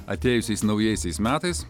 atėjusiais naujaisiais metais